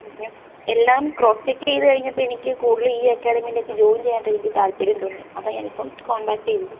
എല്ലാം cross check ചെയ്ത് കഴിഞ്ഞപ്പോൾ എനിക്ക് കൂടുതലും ഈ അക്കാഡമിയിലേക്ക് ജോയിൻ ചെയ്യാനായിട്ടാണ് എനിക്ക് താൽപര്യം തോന്നിയത് അതാണ് ഞാൻ ഇപ്പം കോൺടാക്ട് ചെയ്തത്